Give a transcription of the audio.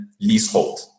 leasehold